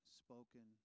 spoken